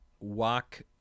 walk